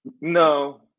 No